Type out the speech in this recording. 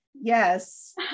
Yes